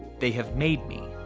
they have made me.